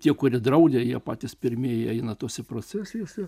tiek kuri draudė jie patys pirmieji eina tose procesijose